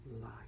life